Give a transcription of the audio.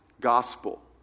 gospel